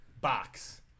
Box